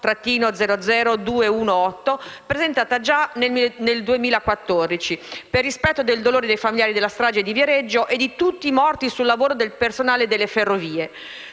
finestra"), presentata già nel 2014, per rispetto del dolore dei familiari della strage di Viareggio e di tutti i morti sul lavoro del personale delle Ferrovie.